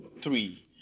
three